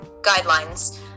guidelines